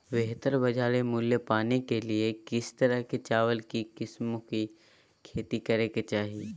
बेहतर बाजार मूल्य पाने के लिए किस तरह की चावल की किस्मों की खेती करे के चाहि?